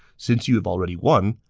since you have already won,